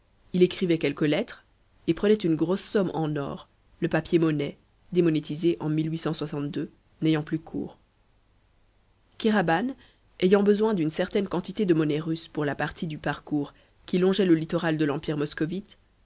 il écrivait quelques lettres et prenait une grosse somme en or le papier-monnaie démonétisé en n'ayant plus cours kéraban ayant besoin d'une certaine quantité de monnaie russe pour la partie du parcours qui longeait le littoral de l'empire moscovite